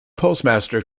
postmaster